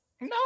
No